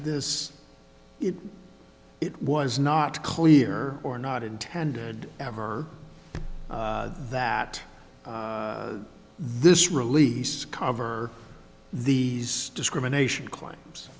this if it was not clear or not intended ever that this release cover the discrimination claims